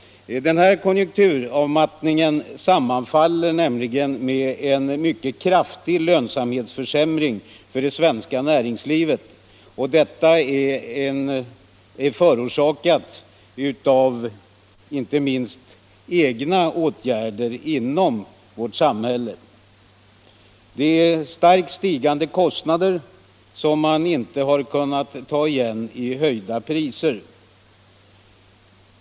Denna konjunkturavmattning sammanfaller nämligen med en mycket kraftig lönsamhetsförsämring för det svenska näringslivet, och detta är inte minst förorsakat av åtgärder vidtagna av oss själva. Starkt stigande kostnader för företagen har inte kunnat kompenseras i form av höjda priser.